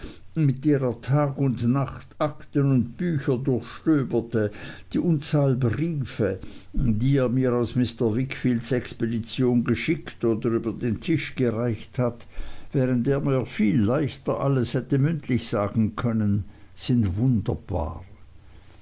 mit der er tag und nacht akten und bücher durchstöberte die unzahl briefe die er mir aus mr wickfields expedition geschickt oder über den tisch gereicht hat während er mir viel leichter alles hätte mündlich sagen können sind wunderbar